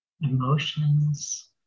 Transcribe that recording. emotions